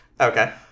Okay